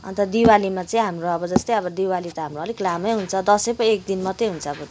अन्त दिवालीमा चाहिँ हाम्रो अब जस्तै अब दिवाली त हाम्रो अलिक लामै हुन्छ दसैँ पो अब एकदिन मात्रै हुन्छ